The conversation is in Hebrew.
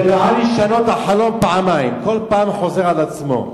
זה, לשנות את החלום פעמיים, כל פעם חוזר על עצמו.